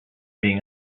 being